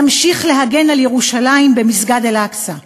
נמשיך להגן על ירושלים במסגד אל-אקצא.